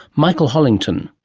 michael hollington.